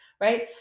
Right